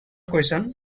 question